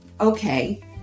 okay